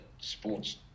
sports